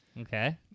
Okay